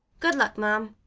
good luck, ma'am.